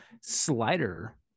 Slider